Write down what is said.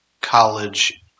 college